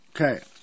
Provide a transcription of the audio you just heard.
Okay